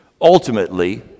ultimately